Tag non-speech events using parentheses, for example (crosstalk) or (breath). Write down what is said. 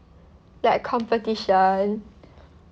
like competition (breath)